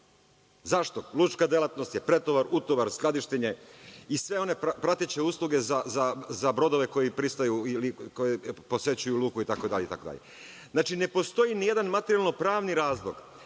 Zašto? Lučka delatnost je pretovar, utovar, skladištenje i sve one prateće usluge za brodove koji pristaju ili koji posećuju luku itd. Znači, ne postoji nijedan materijalno-pravni razlog